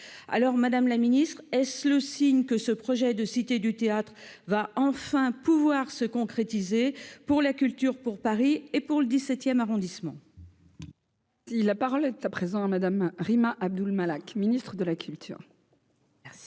alors Madame la Ministre est-ce le signe que ce projet de Cité du théâtre va enfin pouvoir se concrétiser pour la culture pour Paris et pour le 17ème arrondissement. Si la parole est à présent à madame Rima Abdul-Malak Ministre de la culture. Merci